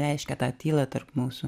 reiškia ta tylą tarp mūsų